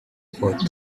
for